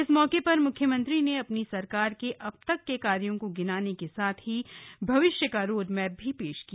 इस मौके पर म्ख्यमंत्री ने अपनी सरकार के अब तक के कार्यों को गिनाने के साथ ही भविष्य का रोडमैप भी पेश किया